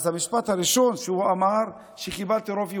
המשפט הראשון שהוא אמר: קיבלתי רוב יהודי.